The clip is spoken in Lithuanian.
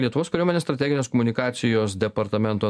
lietuvos kariuomenės strateginės komunikacijos departamento